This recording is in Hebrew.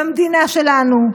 במדינה שלנו.